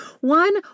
one